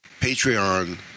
Patreon